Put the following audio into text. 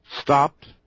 stopped